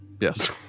Yes